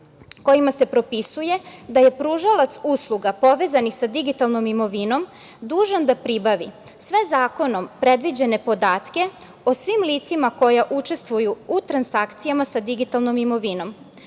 kojima se propisuje da je pružalac usluga povezanih sa digitalnom imovinom dužan da pribavi sve zakonom predviđene podatke o svim licima koja učestvuju u transakcijama sa digitalnom imovinom. Tako